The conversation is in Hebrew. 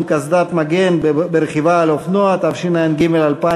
קסדת מגן ברכיבה על אופנוע או אופניים),